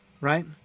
Right